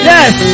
Yes